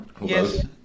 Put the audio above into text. Yes